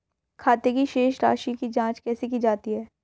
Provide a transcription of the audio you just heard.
खाते की शेष राशी की जांच कैसे की जाती है?